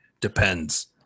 depends